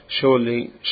surely